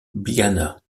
ljubljana